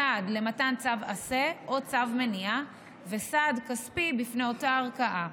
סעד למתן צו עשה או צו מניעה וסעד כספי בפני אותה ערכאה: